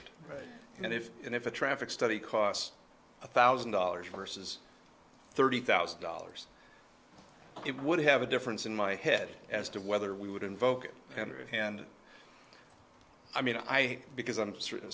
and if and if a traffic study costs a thousand dollars versus thirty thousand dollars it would have a difference in my head as to whether we would invoke every hand i mean i because i'm a certain